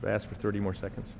that's with thirty more seconds